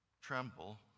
tremble